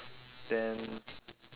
then